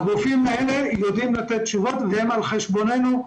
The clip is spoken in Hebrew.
הגופים האלה יודעים לתת תשובות והם על חשבוננו.